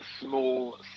small